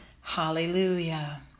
Hallelujah